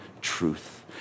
truth